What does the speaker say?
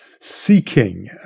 seeking